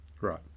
Right